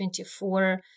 24